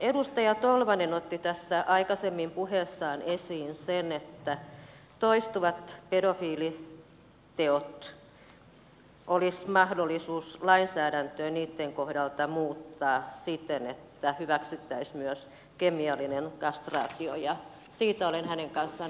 edustaja tolvanen otti tässä aikaisemmin puheessaan esiin sen että toistuvien pedofiilitekojen kohdalta olisi mahdollisuus lainsäädäntöä muuttaa siten että hyväksyttäisiin myös kemiallinen kastraatio ja siitä olen hänen kanssaan aivan samaa mieltä